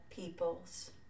peoples